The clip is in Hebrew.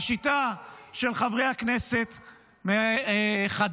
השיטה של חברי הכנסת מחד"ש,